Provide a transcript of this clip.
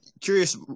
curious